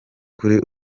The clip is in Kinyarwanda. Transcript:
kuri